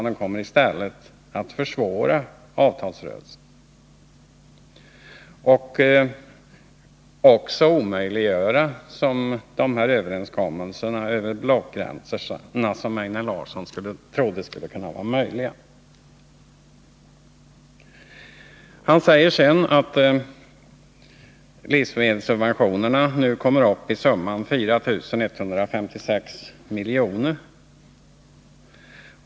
De kommer i stället att försvåra avtalsrörelsen och omöjliggöra de överenskommelser över blockgränserna som Einar Larsson trodde skulle vara möjliga. Einar Larsson sade att livsmedelssubventionerna nu kommer upp i summan 4 156 miljoner.